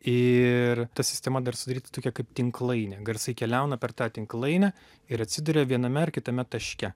ir ta sistema dar sudaryta tokia kaip tinklainė garsai keliauna per tą tinklainę ir atsiduria viename ar kitame taške